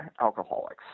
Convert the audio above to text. alcoholics